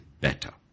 better